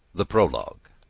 the prologue.